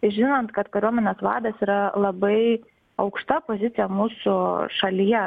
žinant kad kariuomenės vadas yra labai aukšta pozicija mūsų šalyje